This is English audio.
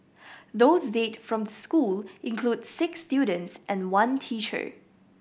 those dead from the school include six students and one teacher